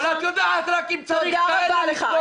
אבל את יודעת רק אם צריך כאלה ל --- תודה רבה לך.